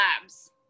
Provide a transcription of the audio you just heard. labs